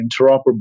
interoperable